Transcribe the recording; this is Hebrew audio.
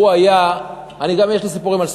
הוא היה, אני גם יש לי סיפורים על ספרדים.